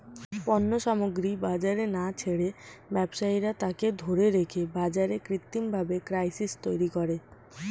পণ্য সামগ্রী বাজারে না ছেড়ে ব্যবসায়ীরা তাকে ধরে রেখে বাজারে কৃত্রিমভাবে ক্রাইসিস তৈরী করে